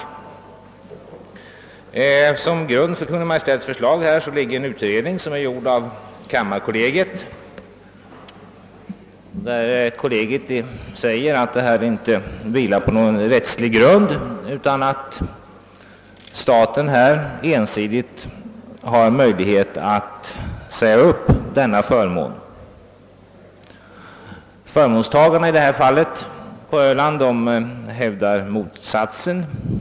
Som grund för Kungl. Maj:ts förslag ligger en utredning som är gjord av kammarkollegiet. Kollegiet uttalar där, att förmånen inte vilar på någon rättslig grund, utan att staten har möjlighet att ensidigt indraga denna förmån. Förmånstagarna på Öland hävdar motsatsen.